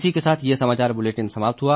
इसी के साथ ये समाचार बुलेटिन समाप्त हुआ